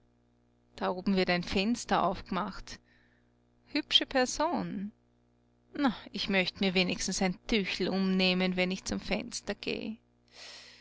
da oben wird ein fenster aufgemacht hübsche person na ich möcht mir wenigstens ein tüchel umnehmen wenn ich zum fenster geh